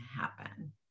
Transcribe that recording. happen